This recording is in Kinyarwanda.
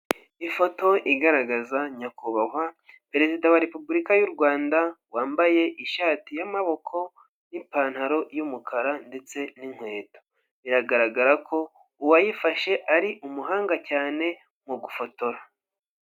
Ifoto igaragaza nyakubahwa perezida wa repubulika yu Rwanda, wambaye ishati y'amaboko n'ipantaro y'umukara ndetse n'inkweto, biragaragara ko uwayifashe ari umuhanga cyane mu gufotora.